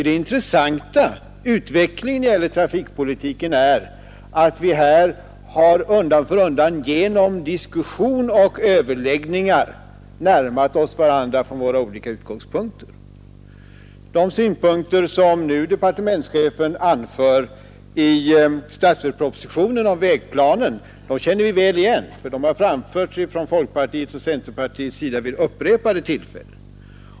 Det intressanta i utvecklingen när det gäller trafikpolitiken är att vi undan för undan, genom diskussion och överläggningar, har närmat oss varandra från våra olika utgångspunkter. De synpunkter som departementschefen nu anför i statsverkspropositionen om vägplanen känner vi väl igen, för de har framförts från folkpartiet och centerpartiet vid upprepade tillfällen.